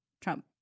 trump